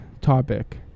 topic